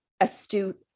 astute